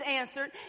answered